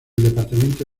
departamento